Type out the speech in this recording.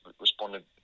responded